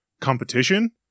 competition